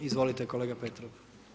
Izvolite kolega Petrov.